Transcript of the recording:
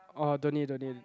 orh don't need don't need